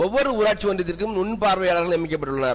ஒவ்வொரு ஊராட்சி ஒன்றியத்திற்கும் நுண்பார்வையாளர்கள் நியமிக்கப்பட்டுள்ளனர்